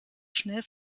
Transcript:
schnell